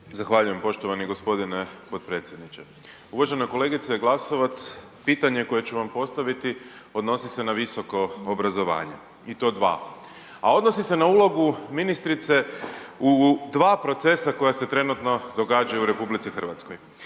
Zahvaljujem poštovani gospodine potpredsjedniče. Uvažena kolegice Glasovac, pitanje koje ću vam postaviti odnosi se na visoko obrazovanje i to dva. A odnosi se na ulogu ministrice u dva procesa koja se trenutno događaju u RH.